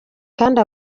kandi